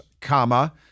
comma